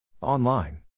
Online